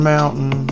Mountain